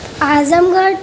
اعظم گڑھ